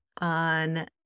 on